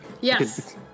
Yes